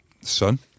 son